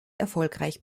erfolgreich